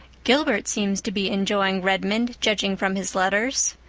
gilbert seems to be enjoying redmond, judging from his letters,